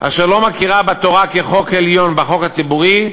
אשר לא מכירה בתורה כחוק עליון, בחוק הציבורי,